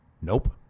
Nope